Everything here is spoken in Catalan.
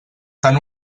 tant